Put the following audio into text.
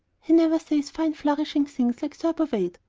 he never says fine flourishing things like thurber wade,